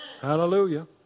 Hallelujah